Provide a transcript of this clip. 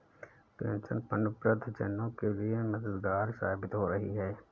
pension fund वृद्ध जनों के लिए मददगार साबित हो रही है